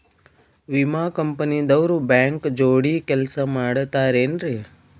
ವಿಮಾ ಕಂಪನಿ ದವ್ರು ಬ್ಯಾಂಕ ಜೋಡಿ ಕೆಲ್ಸ ಮಾಡತಾರೆನ್ರಿ?